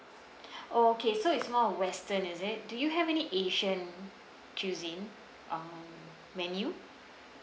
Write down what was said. oh okay so it's more on western is it do you have any asian cuisine um menu